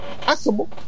possible